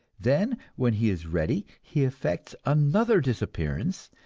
then, when he is ready, he effects another disappearance,